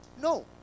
No